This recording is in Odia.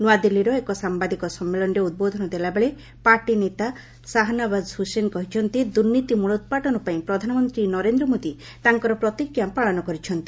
ନୂଆଦିଲ୍ଲୀର ଏକ ସମ୍ଭାଦିକ ସମ୍ମିଳନୀରେ ଉଦ୍ବୋଧନ ଦେଲାବେଳେ ପାର୍ଟିନେତା ସାହନବାଜ୍ ହୁସେନ କହିଛନ୍ତି ଦୁର୍ନୀତି ମୂଳୋତ୍ପାଟନ ପାଇଁ ପ୍ରଧାନମନ୍ତ୍ରୀ ନରେନ୍ଦ୍ର ମୋଦି ତାଙ୍କର ପ୍ରତିଜ୍ଞା ପାଳନ କରିଛନ୍ତି